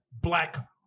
black